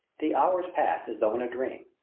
the hours passed as though in a dream.